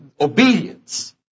obedience